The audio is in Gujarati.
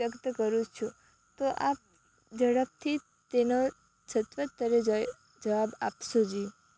વ્યક્ત કરું છું તો આપ ઝડપથી તેનો સત્વરે જવાબ આપશોજી